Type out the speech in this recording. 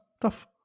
Tough